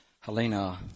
Helena